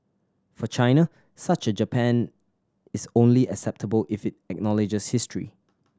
for China such a Japan is only acceptable if it acknowledges history